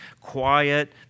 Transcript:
quiet